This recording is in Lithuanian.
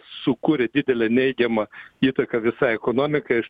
sukuria didelę neigiamą įtaką visai ekonomikai aš